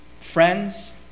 friends